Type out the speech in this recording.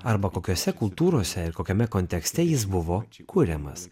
arba kokiose kultūrose ir kokiame kontekste jis buvo kuriamas